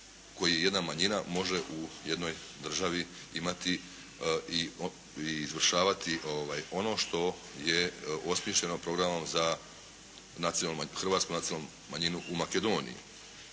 koji jedna manjina može u jednoj državi imati i izvršavati ono što je osmišljeno programom za hrvatsku nacionalnu manjinu u Makedoniji.